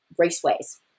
raceways